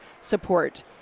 support